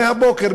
הבוקר,